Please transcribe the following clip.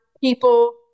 people